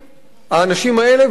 האנשים האלה, ולהגיד להם: